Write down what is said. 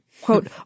quote